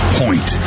point